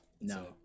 No